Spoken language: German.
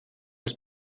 das